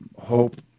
hope